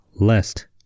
lest